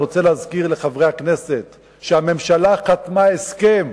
אני רוצה להזכיר לחברי הכנסת שהממשלה חתמה הסכם